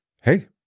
hey